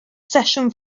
sesiwn